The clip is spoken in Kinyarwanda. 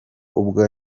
ubwa